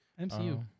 MCU